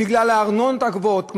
בגלל הארנונות הגבוהות,